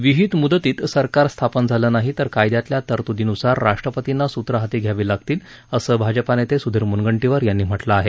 विहित मुदतीत सरकार स्थापन झालं नाही तर कायद्यातल्या तरतुदीनुसार राष्ट्रपतींना सूत्रं हाती घ्यावी लागतील असं भाजपा नेते सुधीर मुनगंटीवार यांनी म्हटलं आहे